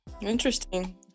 Interesting